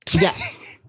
Yes